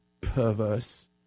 perverse